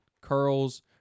curls